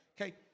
Okay